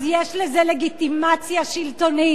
אז יש לזה לגיטימציה שלטונית.